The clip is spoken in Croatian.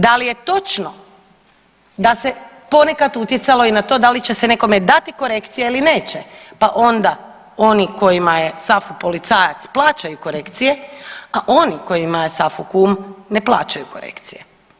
Da li je točno da se ponekad utjecalo i na to da li će se nekome dati korekcija ili neće, pa onda onima kojima je SAFU policajac plaćaju korekcije, a oni kojima je SAFU kum ne plaćaju korekcije.